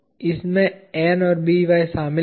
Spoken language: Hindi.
इसमें N और By शामिल थे